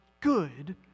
good